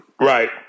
Right